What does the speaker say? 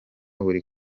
buri